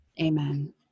Amen